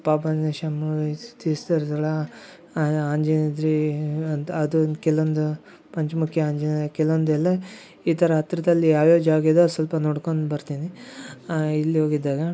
ಚಿಸರ್ದಳ ಆಂಜನಾದ್ರಿ ಕೆಲವೊಂದು ಪಂಚಮುಖಿ ಆಂಜನೇಯ ಕೆಲವೊಂದು ಎಲ್ಲಾ ಈ ಥರ ಹತ್ತಿರದಲ್ಲಿ ಯಾವ್ಯಾವ ಜಾಗ ಇದೆ ಸ್ವಲ್ಪ ನೋಡ್ಕೊಂಡು ಬರ್ತೀನಿ ಇಲ್ಲಿ ಹೋಗಿದ್ದಾಗ